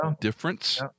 difference